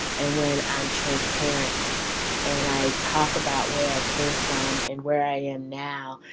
and when i am transparent and i talk about where i came from and where i am now,